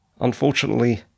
unfortunately